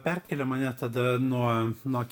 perkėlė mane tada nuo nuo